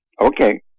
okay